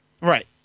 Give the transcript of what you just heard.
Right